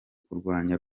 kurwanya